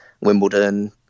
Wimbledon